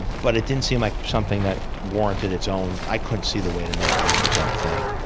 but it didn't seem like something that warranted its own i couldn't see the way to make it into its own thing.